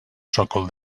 sòcol